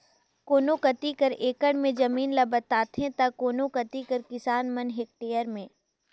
कोनो कती एकड़ में जमीन ल बताथें ता कोनो कती कर किसान मन हेक्टेयर में